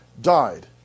died